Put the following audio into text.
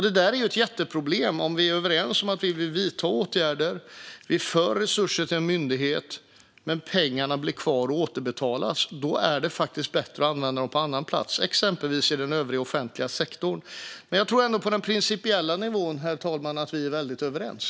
Det är ett jätteproblem om vi är överens om att vidta åtgärder och för resurser till en myndighet men pengarna blir kvar och återbetalas. Då är det faktiskt bättre att använda dem på annan plats, exempelvis i den övriga offentliga sektorn. Jag tror ändå att vi på den principiella nivån, herr talman, är väldigt överens.